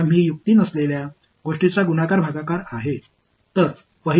2 மற்றும் 4 இல் உள்ள பாதைகளில் பொதுவானது